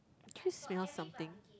could you smell something